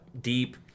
deep